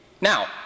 Now